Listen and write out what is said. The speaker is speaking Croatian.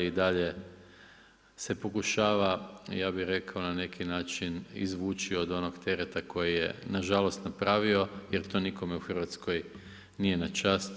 I dalje se pokušava ja bi rekao, na neki način izvući od onog tereta koji je nažalost napravio, jer to nikome u Hrvatskoj nije na čast.